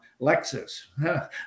Lexus